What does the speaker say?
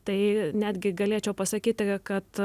tai netgi galėčiau pasakyti kad